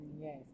Yes